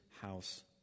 house